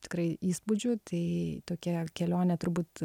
tikrai įspūdžių tai tokia kelionė turbūt